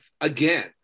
again